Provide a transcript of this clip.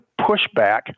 pushback